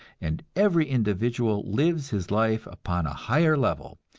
and every individual lives his life upon a higher level,